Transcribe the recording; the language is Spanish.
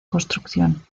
construcción